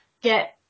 get